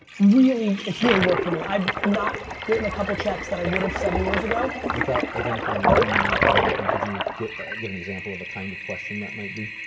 really, it's really worked for me. i've not written a couple checks that i would have seven years ago without identifying the human there or anything. could you give ah give an example of a kind of question that might be.